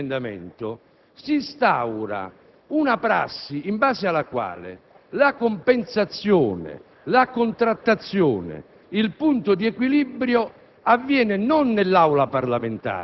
con il meccanismo del maxiemendamento si instaura una prassi in base alla quale la compensazione, la contrattazione e il punto di equilibrio